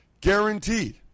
guaranteed